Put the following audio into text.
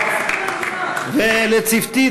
(מחיאות כפיים) ולצוותי,